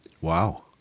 Wow